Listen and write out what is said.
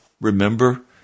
Remember